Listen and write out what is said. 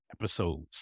episodes